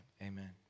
amen